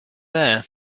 there